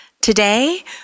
Today